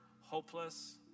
hopeless